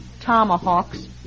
tomahawks